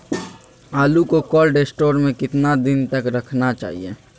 आलू को cold store में कितना दिन तक रखना चाहिए?